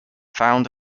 found